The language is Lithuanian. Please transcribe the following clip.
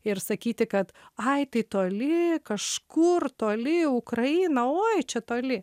ir sakyti kad ai tai toli kažkur toli ukraina oi čia toli